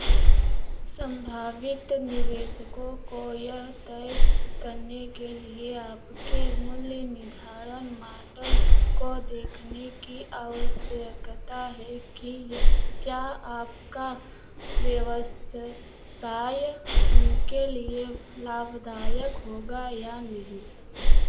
संभावित निवेशकों को यह तय करने के लिए आपके मूल्य निर्धारण माडल को देखने की आवश्यकता है कि यह क्या आपका व्यवसाय उनके लिए लाभदायक होगा या नहीं